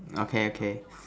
okay okay